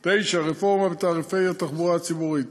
9. רפורמה בתעריפי התחבורה הציבורית,